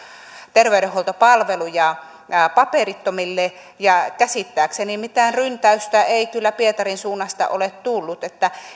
terveydenhuoltopalveluja paperittomille ja käsittääkseni mitään ryntäystä ei kyllä pietarin suunnasta ole tullut